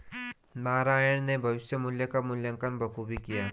नारायण ने भविष्य मुल्य का मूल्यांकन बखूबी किया